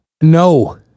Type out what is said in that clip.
No